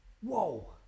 Whoa